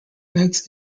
eggs